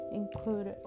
include